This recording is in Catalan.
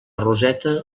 roseta